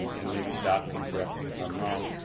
and maybe staff can correct me if i'm wrong,